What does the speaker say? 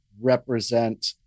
represent